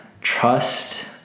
trust